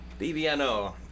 BBNO